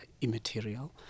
immaterial